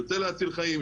יוצא להציל חיים,